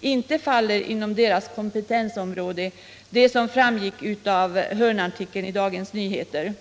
inte faller inom deras kompetensområde —- som framgick av hörnartikeln i Dagens Nyheter.